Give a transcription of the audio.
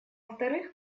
вторых